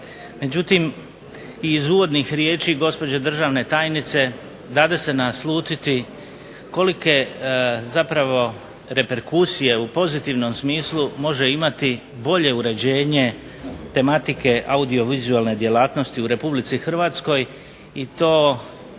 međutim, iz uvodnih riječi državne tajnice dade se naslutiti kolike reperkusije u pozitivnom smislu može imati bolje uređenje tematike audiovizualne djelatnosti u Republici Hrvatskoj i to višestruko